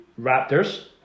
Raptors